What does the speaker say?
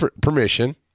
permission